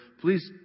please